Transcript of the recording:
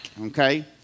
okay